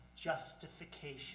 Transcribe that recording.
justification